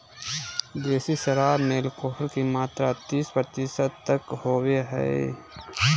देसी शराब में एल्कोहल के मात्रा तीस प्रतिशत तक होबो हइ